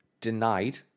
denied